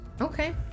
Okay